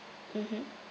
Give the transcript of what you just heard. mmhmm